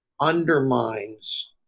undermines